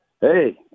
Hey